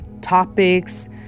topics